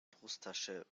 brusttasche